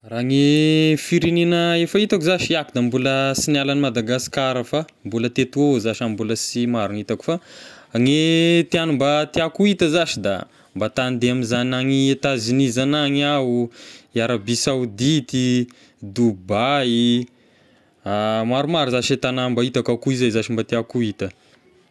Raha gne firegnena efa hitako zashy, iahy da mbola sy niala an'i Madagasikara fa mbola teto ôh za sha, sy mbola maro gn'hitako fa gne tegna mba tiako ho hita zashy da mba ta handeha ame zagny any Etats-Unis zagny agny iaho, i Arabie Saoudite-y, Dubai, maromaro zashy e tagna mba hitako akoa zashy mba tiako ho hita.